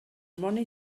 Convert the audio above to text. money